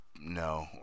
no